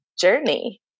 journey